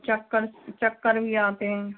चक्कर चक्कर भी आते हैं